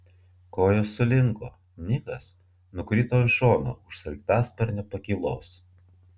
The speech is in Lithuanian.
kojos sulinko nikas nukrito ant šono už sraigtasparnio pakylos